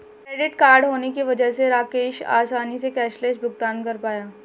credit card होने की वजह से राकेश आसानी से कैशलैस भुगतान कर पाया